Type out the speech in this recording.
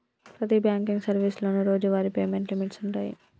ప్రతి బాంకింగ్ సర్వీసులోనూ రోజువారీ పేమెంట్ లిమిట్స్ వుంటయ్యి